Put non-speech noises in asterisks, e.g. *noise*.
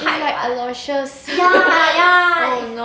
eh like aloysius *laughs* oh no